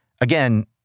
again